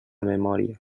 memòria